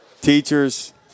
teachers